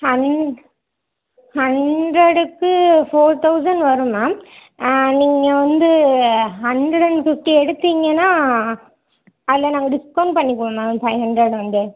ஹண்ட்ரடுக்கு four thousand வரும் ma'am நீங்கள் வந்து ஹண்ட்ரட் அன் ஃபிஃப்டி எடுத்திங்கன்னா அதில் நாங்கள் டிஸ்கவுண்ட் பண்ணிக்குவோம் மேம் ஃபைவ் ஹண்ட்ரட் வந்து